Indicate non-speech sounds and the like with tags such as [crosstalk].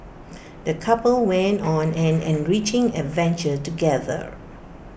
[noise] the couple went on an enriching adventure together